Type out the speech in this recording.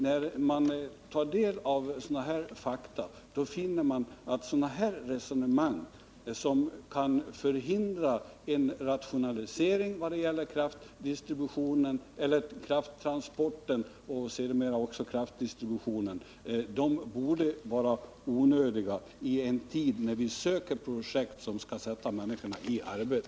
När man tar del av sådana fakta finner man att resonemang som kan förhindra en rationalisering av kraftöverföringsförmågan och sedermera också kraftdistributionen borde vara onödiga i en tid när vi söker projekt som skall sätta människorna i arbete.